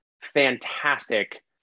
fantastic